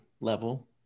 level